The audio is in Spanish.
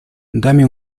dame